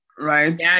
Right